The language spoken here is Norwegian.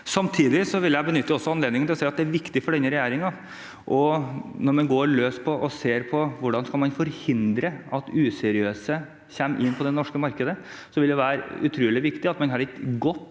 Samtidig vil jeg benytte anledningen til å si at det er viktig for denne regjeringen når man går løs på og ser på hvordan man skal forhindre at useriøse kommer inn på det norske markedet, at man har et godt